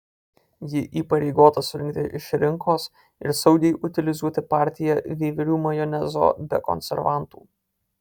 ji įpareigota surinkti iš rinkos ir saugiai utilizuoti partiją veiverių majonezo be konservantų